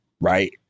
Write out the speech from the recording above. Right